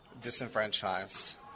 disenfranchised